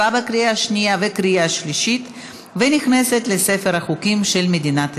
התקבלה בקריאה שנייה ובקריאה שלישית ונכנסת לספר החוקים של מדינת ישראל.